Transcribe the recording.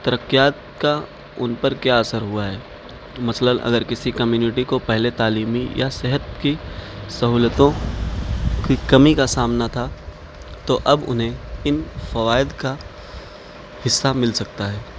ترقیات کا ان پر کیا اثر ہوا ہے مثلاً اگر کسی کمیونٹی کو پہلے تعلیمی یا صحت کی سہولتوں کی کمی کا سامنا تھا تو اب انہیں ان فوائد کا حصہ مل سکتا ہے